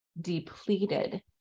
depleted